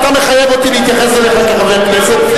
אתה מחייב אותי להתייחס אליך כחבר כנסת.